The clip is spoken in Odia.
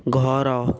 ଘର